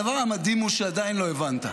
הדבר המדהים הוא שעדיין לא הבנת,